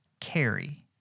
carry